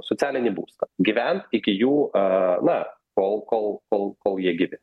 socialinį būstą gyvent iki jų a na tol kol kol kol jie gyvi